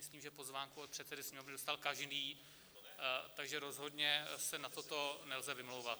Myslím, že pozvánku od předsedy Sněmovny dostal každý, takže rozhodně se na toto nelze vymlouvat.